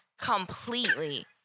completely